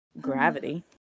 gravity